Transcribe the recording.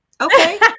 Okay